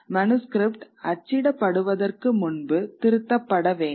manuscript அச்சிடப்படுவதற்கு முன்பு திருத்தப்பட வேண்டும்